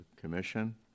Commission